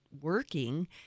working